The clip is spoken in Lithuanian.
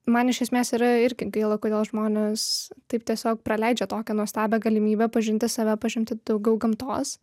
man iš esmės yra irgi gaila kodėl žmonės taip tiesiog praleidžia tokią nuostabią galimybę pažinti save pažinti daugiau gamtos